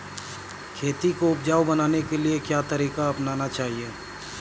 खेती को उपजाऊ बनाने के लिए क्या तरीका अपनाना चाहिए?